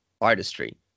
artistry